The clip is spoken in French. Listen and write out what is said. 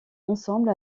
ensemble